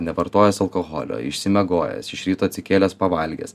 nevartojęs alkoholio išsimiegojęs iš ryto atsikėlęs pavalgęs